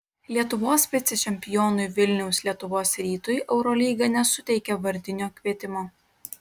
lietuvos vicečempionui vilniaus lietuvos rytui eurolyga nesuteikė vardinio kvietimo